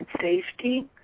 safety